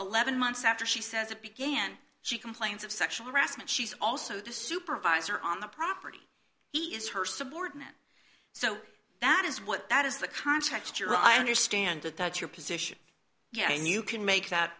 eleven months after she says it began she complains of sexual harassment she's also the supervisor on the property he is her subordinate so that is what that is the context you're i understand that that's your position and you can make that